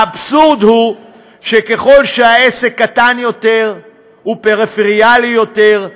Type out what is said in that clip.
האבסורד הוא שככל שהעסק קטן ופריפריאלי יותר,